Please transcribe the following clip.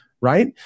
right